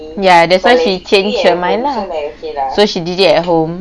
ya that's why she changed her mind lah so she did it at home